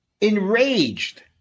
enraged